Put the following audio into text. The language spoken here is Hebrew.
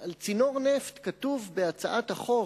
על צינור נפט כתוב בהצעת החוק,